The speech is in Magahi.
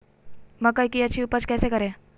मकई की अच्छी उपज कैसे करे?